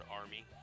army